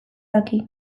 daki